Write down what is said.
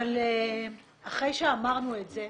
אבל אחרי שאמרנו את זה,